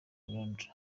landry